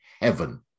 heaven